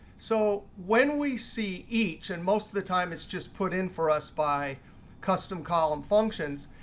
so when we see each, and most of the time it's just put in for us by custom column functions,